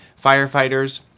firefighters